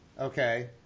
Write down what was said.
Okay